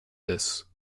this